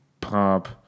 pop